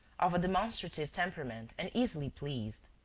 of a demonstrative temperament and easily pleased.